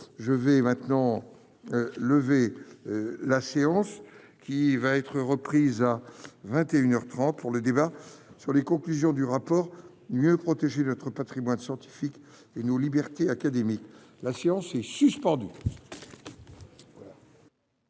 je vais maintenant lever la séance, qui va être reprise à 21 heures 30 pour le débat sur les conclusions du rapport mieux protéger notre Patrimoine scientifique et nos libertés académiques, la séance est suspendue.